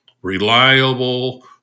reliable